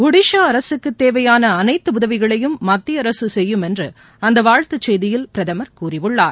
ஒடிஸா அரசுக்குத் தேவையான அனைத்து உதவிகளையும் மத்திய அரசு செய்யும் என்று அந்த வாழ்த்துச் செய்தியில் பிரதமர் கூறியுள்ளார்